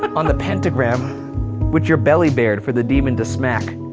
but on the pentagram with your belly bared for the demon to smack.